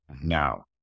now